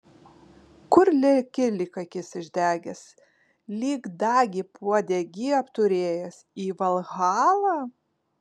kur leki lyg akis išdegęs lyg dagį pauodegy apturėjęs į valhalą